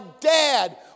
dad